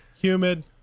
humid